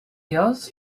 yours